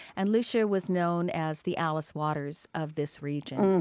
and lucia was known as the alice waters of this region.